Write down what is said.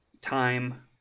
time